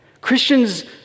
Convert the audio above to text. christians